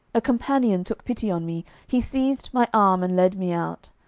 a companion took pity on me. he seized my arm and led me out.